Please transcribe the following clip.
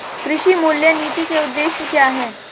कृषि मूल्य नीति के उद्देश्य क्या है?